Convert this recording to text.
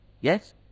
Yes